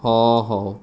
ହଁ ହେଉ